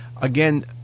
Again